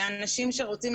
הנזק?